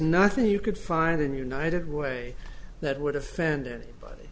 nothing you could find in united way that would offend anybody